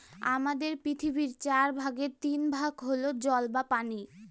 আমাদের পৃথিবীর চার ভাগের তিন ভাগ হল জল বা পানি